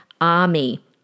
army